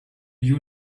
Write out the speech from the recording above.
you